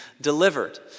delivered